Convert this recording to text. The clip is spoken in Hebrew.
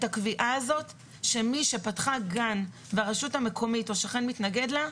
הקביעה הזאת שמי שפתחה גן והרשות המקומית או שכן מתנגד לכך,